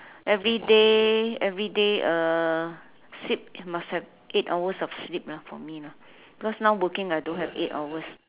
everyday everyday uh sleep must have eight hours of sleep ah for me because now working I don't have eight hours